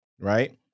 Right